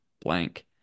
blank